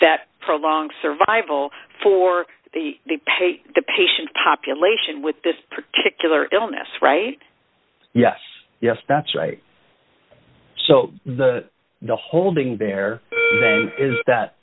that for a long survival for the the pate the patient population with this particular illness right yes yes that's right so the holding there is that